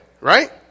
right